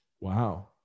Wow